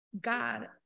God